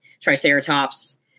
Triceratops